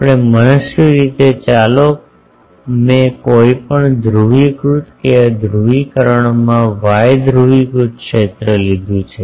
આપણે મનસ્વી રીતે ચાલો મેં કોઈપણ ધ્રુવીકૃત એક ધ્રુવીકરણમાં વાય ધ્રુવીકૃત ક્ષેત્ર લીધું છે